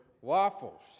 waffles